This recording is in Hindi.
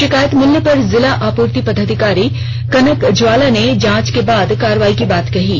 शिकायत मिलने पर जिला आपूर्ति पदाधिकारी कनक ज्वाला ने जांच के बाद कार्रवाई की बात कही है